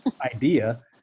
idea